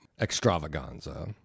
extravaganza